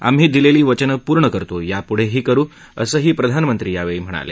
आम्ही दिलेली वचनं पूर्ण करतो यापुढेही करु असंही प्रधानमंत्री यावेळी म्हणाले